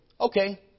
okay